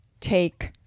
take